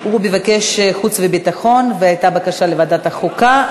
מבקשת להצטרף כתומכת.